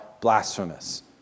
blasphemous